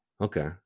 okay